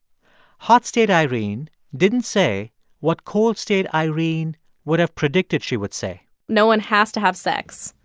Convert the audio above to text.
hot-state irene didn't say what cold-state irene would have predicted she would say no one has to have sex.